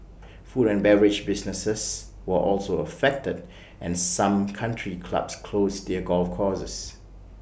food and beverage businesses were also affected and some country clubs closed their golf courses